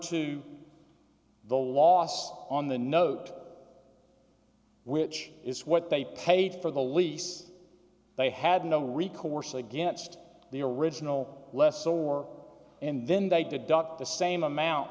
to the loss on the note which is what they paid for the lease they had no recourse against the original less so for and then they deduct the same amount